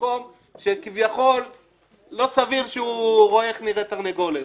מקום שכביכול לא סביר שהוא רואה איך נראית תרנגולת.